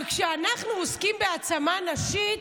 אבל כשאנחנו עוסקים בהעצמה נשית,